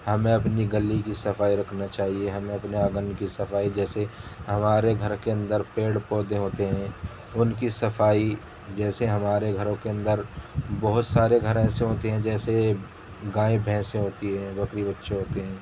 ہمیں اپنی گلی کی صفائی رکھنا چاہیے ہمیں اپنے آنگن کی صفائی جیسے ہمارے گھر کے اندر پیڑ پودے ہوتے ہیں ان کی صفائی جیسے ہمارے گھروں کے اندر بہت سارے گھر ایسے ہوتے ہیں جیسے گائے بھینسیں ہوتی ہیں بکری بچے ہوتے ہیں